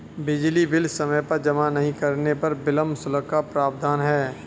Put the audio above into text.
बिजली बिल समय पर जमा नहीं करने पर विलम्ब शुल्क का प्रावधान है